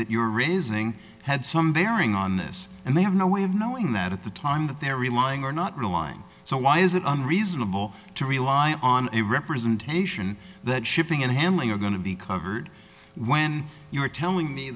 that you're raising had some varying on this and they have no way of knowing that at the time that they're relying or not relying so why is it unreasonable to rely on a representation that shipping and handling are going to be cut heard when you were telling me